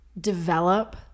develop